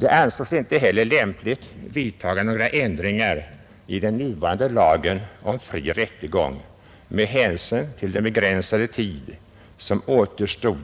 Det ansågs inte heller lämpligt att vidtaga några ändringar i den nuvarande lagen om fri rättegång med hänsyn till den begränsade tid som återstod